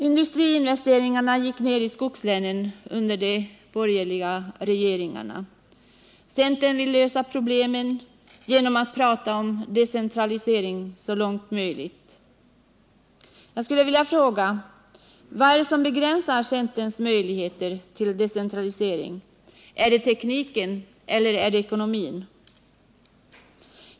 Industriinvesteringarna i skogslänen har gått ned under de borgerliga regeringarnas tid. Centern vill lösa problemen genom att prata om decentralisering så långt möjligt. Jag skulle vilja fråga: Vad är det som begränsar centerns möjligheter till decentralisering? Är det tekniken, eller är det ekonomin?